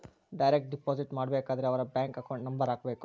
direct deposit ಮಾಡಬೇಕಾದರೆ ಅವರ್ bank account number ಹಾಕ್ಬೆಕು